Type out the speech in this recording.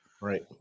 Right